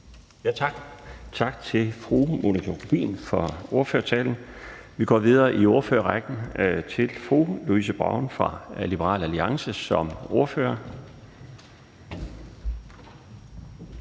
Tak til fru Monika Rubin for ordførertalen. Vi går videre i ordførerrækken til fru Louise Brown fra Liberal Alliance. Værsgo.